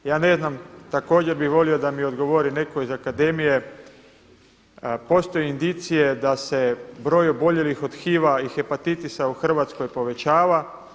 Ja ne znam, također bih volio da mi odgovori netko iz akademije, postoje indicije da se broj oboljelih od HIV-a i hepatitisa u Hrvatskoj povećava.